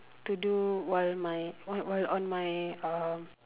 to do while my while while on my um